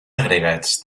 agregats